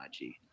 IG